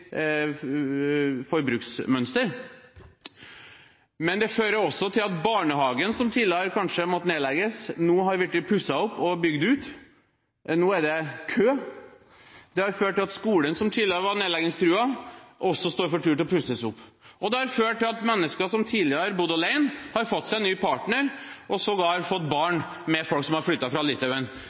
forbruksmønster. Men det fører også til at barnehagen, som tidligere kanskje måtte nedlegges, nå har blitt pusset opp og bygd ut – nå er det kø. Det har ført til at skolen, som tidligere var nedleggingstruet, også står for tur til å pusses opp. Og det har ført til at mennesker som tidligere bodde alene, har fått seg ny partner, og sågar fått barn med folk som har flyttet fra Litauen.